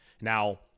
Now